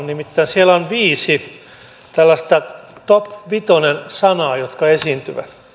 nimittäin siellä on viisi tällaista top vitonen sanaa jotka esiintyvät